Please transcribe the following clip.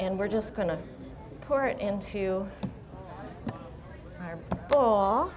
and we're just going to pour it into